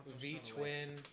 V-Twin